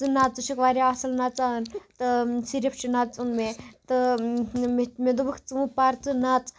ژٕ نَژ ژٕ چھک واریاہ اصل نژان تہٕ صرف چھُ نَژُن مےٚ تہٕ مےٚ دوپُک ژٕ مہٕ پَر ژٕ نَژ